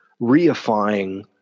reifying